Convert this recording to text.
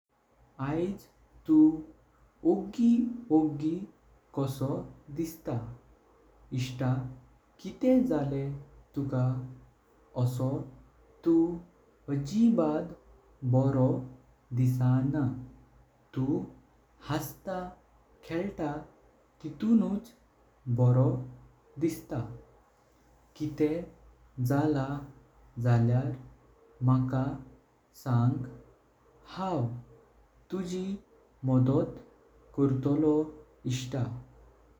आयज तू औगी औगी काशो दिसता इष्ट किटे जाले तुका। आशो तू अजीबाद बरो दिसानी तू हस्ता खेळता तितूनुच बरो दिसता। किटे जल्ल जाल्यार मका सांग हाव तुझी मदत कोर्तोलो इष्ट।